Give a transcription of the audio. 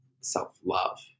self-love